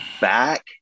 back